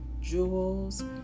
jewels